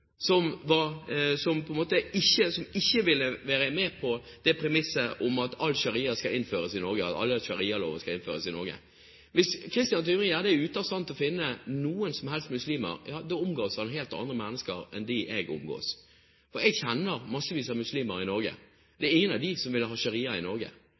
når var han sist og snakket med en muslim som ikke ville være med på det premisset om at alle sharialover skal innføres i Norge? Hvis Christian Tybring-Gjedde er ute av stand til å finne noen som helst muslimer, da omgås han helt andre mennesker enn dem jeg omgås. For jeg kjenner massevis av muslimer i Norge. Det er ingen av dem som vil ha sharia i Norge.